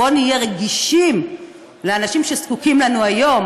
בוא נהיה רגישים לאנשים שזקוקים לנו היום.